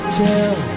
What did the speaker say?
tell